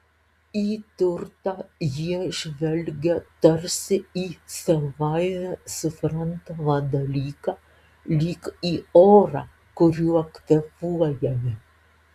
į turtą jie žvelgia tarsi į savaime suprantamą dalyką lyg į orą kuriuo kvėpuojame